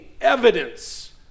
evidence